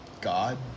God